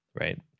right